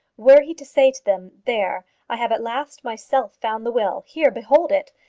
were he to say to them, there i have at last myself found the will. here, behold it!